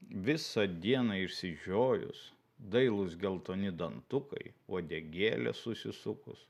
visą dieną išsižiojus dailūs geltoni dantukai uodegėlė susisukus